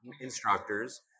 instructors